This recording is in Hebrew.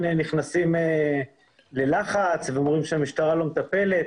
נכנסים ללחץ ואומרים שהמשטרה לא מטפלת.